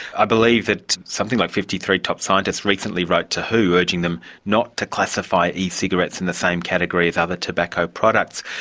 i believe that something like fifty three top scientists recently wrote to who urging them not to classify e-cigarettes in the same category as other tobacco products.